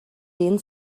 den